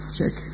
Check